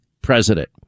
president